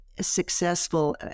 successful